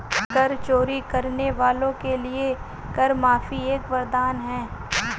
कर चोरी करने वालों के लिए कर माफी एक वरदान है